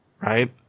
right